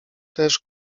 też